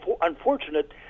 unfortunate